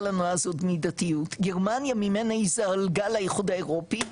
לנו אז עוד מידתיות גרמניה ממנה היא זלגה לאיחוד האירופי,